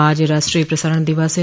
आज राष्ट्रीय प्रसारण दिवस है